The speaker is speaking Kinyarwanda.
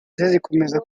zikomeza